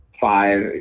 five